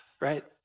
right